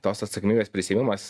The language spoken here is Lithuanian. tos atsakomybės prisiėmimas